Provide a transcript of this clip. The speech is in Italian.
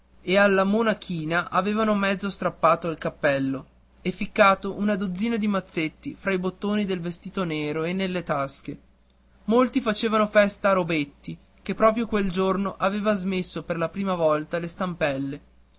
e alla monachina avevan mezzo strappato il cappello e ficcato una dozzina di mazzetti tra i bottoni del vestito nero e nelle tasche molti facevano festa a robetti che proprio quel giorno aveva smesso per la prima volta le stampelle